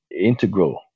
integral